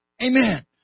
Amen